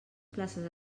places